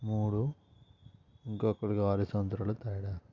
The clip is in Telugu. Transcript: మూడు ఇంకొకరికి ఆరు సంవత్సరాలు తేడా